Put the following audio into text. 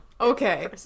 okay